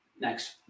next